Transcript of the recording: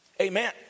amen